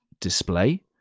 display